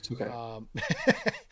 Okay